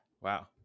Wow